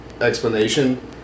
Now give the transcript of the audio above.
explanation